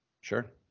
sure